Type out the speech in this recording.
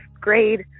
grade